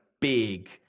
big